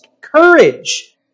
courage